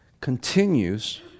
continues